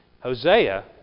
Hosea